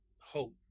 hope